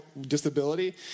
disability